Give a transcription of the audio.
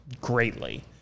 greatly